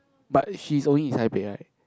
but she's only in Taipei right